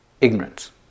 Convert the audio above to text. ignorance